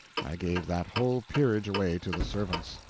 i gave that whole peerage away to the servants.